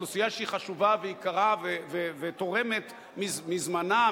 אוכלוסייה שהיא חשובה ויקרה ותורמת מזמנה,